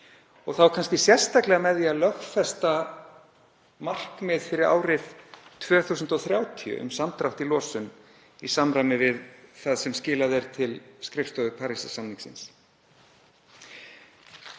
og þá kannski sérstaklega með því að lögfesta markmið fyrir árið 2030 um samdrátt í losun í samræmi við það sem skilað er til skrifstofu Parísarsamningsins.